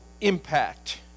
impact